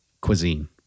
cuisine